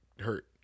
hurt